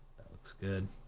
that looks good.